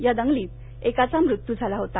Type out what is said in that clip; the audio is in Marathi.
या दंगलीत एकाचा मृत्यू झाला होता